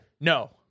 No